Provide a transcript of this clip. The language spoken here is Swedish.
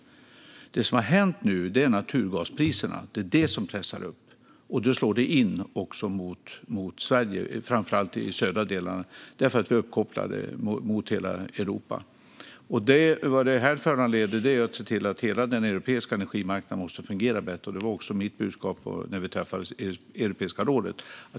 Det som har hänt nu handlar om naturgaspriserna. Det är de som pressar upp elpriserna, och det slår också mot Sverige, framför allt de södra delarna. Det är för att vi är uppkopplade mot hela Europa. Det här föranleder att man måste se till att hela den europeiska energimarknaden fungerar bättre. Detta var också mitt budskap när vi träffades i Europeiska rådet.